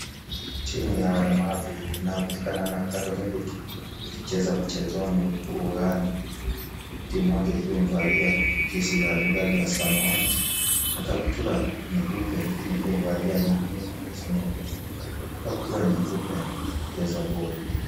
Timu ya walemavu inayojulikana na Paralympic ikicheza mchezoni ugani. Timu moja ikiwa imevalia jesi la rangi ya samawati na kaptura nyeupe ingine ikiwa imevalia kaptura nyeupe wakicheza boli.